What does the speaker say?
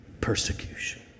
persecution